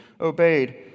obeyed